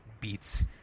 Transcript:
beats